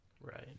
right